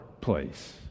place